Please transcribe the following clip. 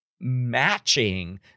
matching